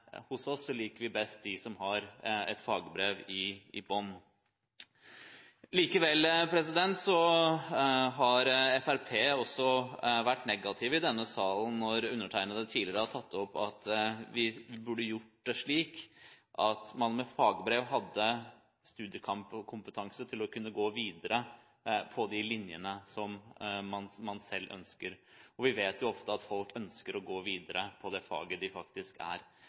liker best de som har et fagbrev i bunnen. Likevel har Fremskrittspartiet også vært negative i denne salen når undertegnede tidligere har tatt opp at vi burde gjøre det slik at man med fagbrev har studiekompetanse til å kunne gå videre på de linjene man selv ønsker. Vi vet ofte at folk ønsker å gå videre innen det faget de har. Derfor synes jeg det er